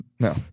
No